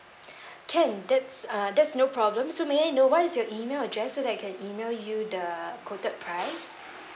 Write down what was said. can that's uh that's no problem so may I know what is your email address so that I can email you the quoted price